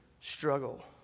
struggle